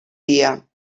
dia